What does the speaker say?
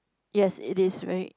yes it is very